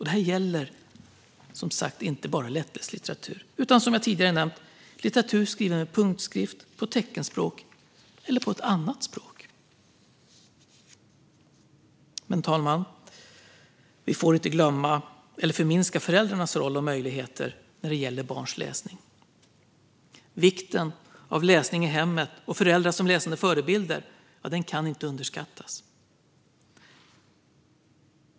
Det gäller som sagt inte bara lättläst litteratur utan som jag tidigare nämnt litteratur skriven med punktskrift, på teckenspråk eller på annat språk. Fru talman! Vi får inte glömma eller förminska föräldrarnas roll och möjligheter när det gäller barns läsning. Vikten av läsning i hemmet och föräldrar som läsande förebilder kan inte överskattas.